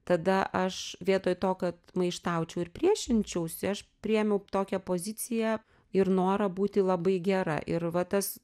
tada aš vietoj to kad maištaučiau ir priešinčiausi aš priėmiau tokią poziciją ir norą būti labai gera ir va tas